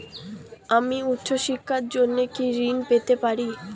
আমি উচ্চশিক্ষার জন্য কি ঋণ পেতে পারি?